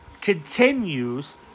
continues